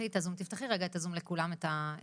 רויטל שומעים אותך.